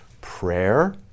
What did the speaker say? prayer